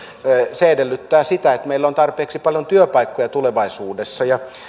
se edellyttää sitä että meillä on tarpeeksi paljon työpaikkoja tulevaisuudessa